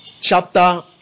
chapter